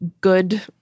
Good